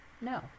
No